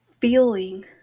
feeling